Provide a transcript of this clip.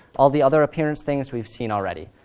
all the other appearance things we've seen already.